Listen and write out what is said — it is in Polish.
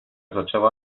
zaczęła